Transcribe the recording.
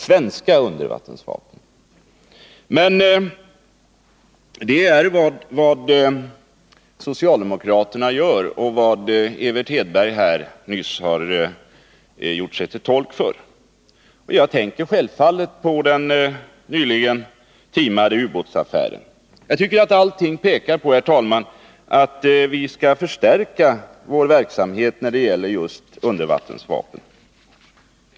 Men det är vad socialdemokraterna gör — och Evert Hedberg har här nyss gjort sig till tolk för deras uppfattning. Jag tänker självfallet på den nyligen timade ubåtsaffären. Jag tycker, herr talman, att allt pekar i den riktningen att vi skall förstärka vår verksamhet när det gäller undervattensvapen.